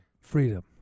Freedom